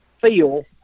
feel